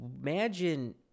imagine